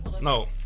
No